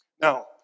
Now